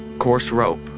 course rope,